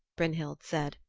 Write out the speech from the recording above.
brynhild said.